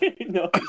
No